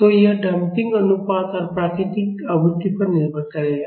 तो यह डंपिंग अनुपात और प्राकृतिक आवृत्ति पर निर्भर करेगा